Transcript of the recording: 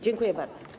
Dziękuję bardzo.